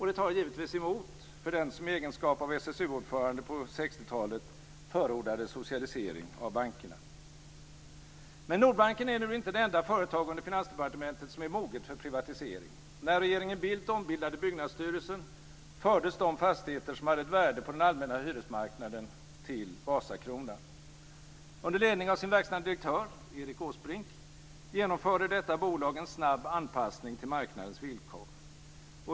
Det tar givetvis emot för den som i egenskap av SSU-ordförande på 1960-talet förordade socialisering av bankerna. Nordbanken är nu inte det enda företag under Finansdepartementet som är moget för privatisering. När regeringen Bildt ombildade Byggnadsstyrelsen fördes de fastigheter som hade ett värde på den allmänna hyresmarknaden till Vasakronan. Under ledning av sin verkställande direktör Erik Åsbrink genomförde detta bolag en snabb anpassning till marknadens villkor.